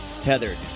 Tethered